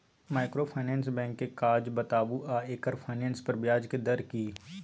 Microfinance bank के काज बताबू आ एकर फाइनेंस पर ब्याज के दर की इ?